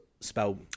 spell